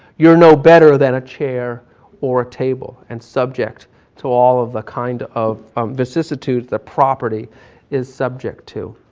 you're no better than a chair or a table and subject to all of the kind of vicissitude the property is subject to.